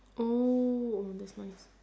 oh that's nice